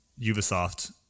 Ubisoft